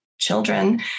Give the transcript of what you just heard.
children